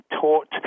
taught